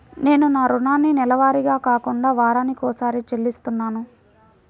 నేను నా రుణాన్ని నెలవారీగా కాకుండా వారానికోసారి చెల్లిస్తున్నాను